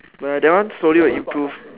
no eh that one slowly will improve